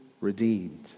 redeemed